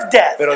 death